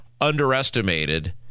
underestimated